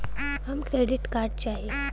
हमके credit card चाही